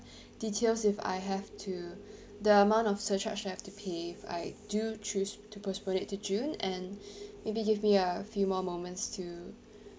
details if I have to the amount of surcharge that I have to pay if I do choose to postpone it to june and maybe give me a few more moments to